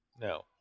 no